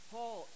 Paul